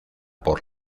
por